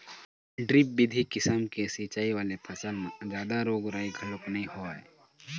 drip बिधि किसम के सिंचई वाले फसल म जादा रोग राई घलोक नइ होवय